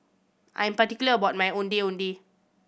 I'm particular about my Ondeh Ondeh